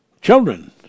children